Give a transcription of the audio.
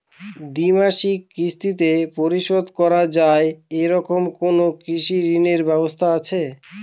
দ্বিমাসিক কিস্তিতে পরিশোধ করা য়ায় এরকম কোনো কৃষি ঋণের ব্যবস্থা আছে?